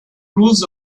rules